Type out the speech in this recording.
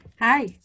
Hi